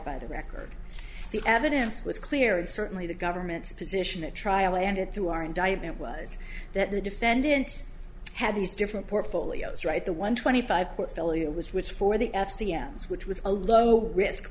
by the record the evidence was clear and certainly the government's position at trial and it through our indictment was that the defendants had these different portfolios right the one twenty five portfolio was rich for the f c m's which was a low risk